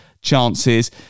Chances